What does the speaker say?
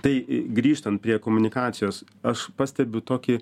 tai grįžtant prie komunikacijos aš pastebiu tokį